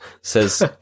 says